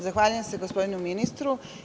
Zahvaljujem se gospodinu ministru.